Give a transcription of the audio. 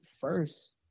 first